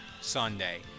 Sunday